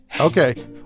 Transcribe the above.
Okay